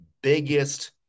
biggest